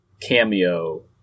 cameo